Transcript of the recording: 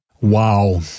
Wow